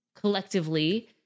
collectively